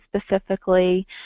specifically